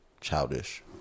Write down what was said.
Childish